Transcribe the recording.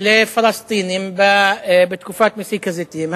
לפלסטינים בתקופת מסיק הזיתים.